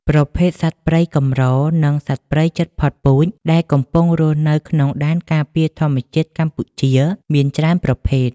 ប្រភេទសត្វព្រៃកម្រ និងសត្វព្រៃជិតផុតពូជ ដែលកំពុងរស់នៅក្នុងដែនការពារធម្មជាតិកម្ពុជាមានច្រើនប្រភេទ។